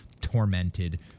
tormented